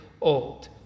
old